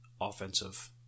offensive